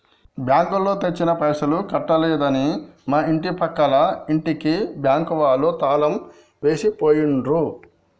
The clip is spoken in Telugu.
బ్యాంకులో తెచ్చిన పైసలు కట్టలేదని మా ఇంటి పక్కల ఇంటికి బ్యాంకు వాళ్ళు తాళం వేసి పోయిండ్రు